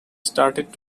started